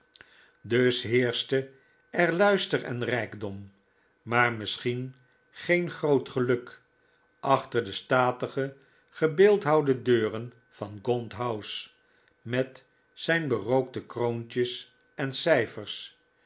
dus heerschte er luister en rijkdom maar misschien geen groot geluk achter de statige gebeeldhouwde deuren van gaunt house met zijn berookte kroontjes en cijfers